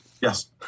Yes